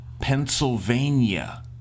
Pennsylvania